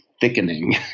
thickening